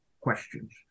questions